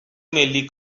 ملی